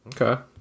Okay